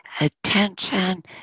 attention